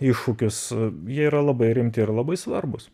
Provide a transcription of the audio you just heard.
iššūkius jie yra labai rimti ir labai svarbūs